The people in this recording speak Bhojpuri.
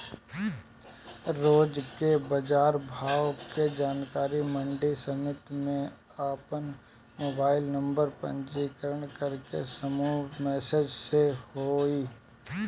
रोज के बाजार भाव के जानकारी मंडी समिति में आपन मोबाइल नंबर पंजीयन करके समूह मैसेज से होई?